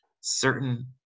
certain